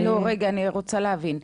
לא, רגע, אני רוצה להבין.